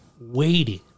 waiting